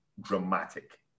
dramatic